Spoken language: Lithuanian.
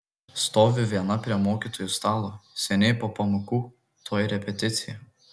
stoviu viena prie mokytojų stalo seniai po pamokų tuoj repeticija